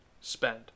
spend